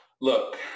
look